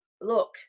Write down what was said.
Look